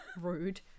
rude